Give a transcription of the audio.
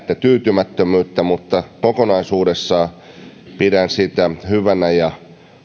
tyytymättömyyttä mutta kokonaisuudessa pidän sitä hyvänä ja